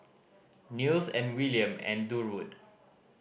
Nils and Willaim and Durwood